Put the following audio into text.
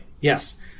Yes